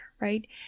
right